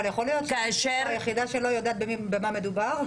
אבל יכול להיות שאני היחידה שלא יודעת במה מדובר?